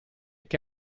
che